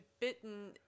bitten